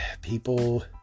people